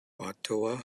ottawa